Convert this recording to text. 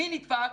מי נדפק?